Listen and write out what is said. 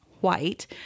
white